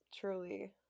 Truly